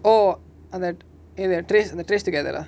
oh and that the trace the trace together lah